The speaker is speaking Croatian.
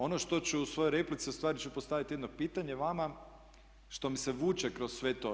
Ono što ću u svojoj replici, u stvari ću postaviti jedno pitanje vama što mi se vuče kroz sve to.